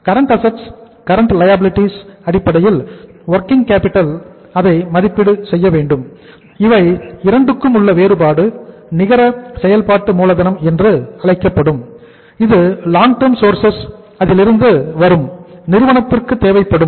current assets லிருந்து வரும் நிறுவனத்திற்கு தேவைப்படும்